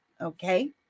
Okay